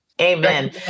Amen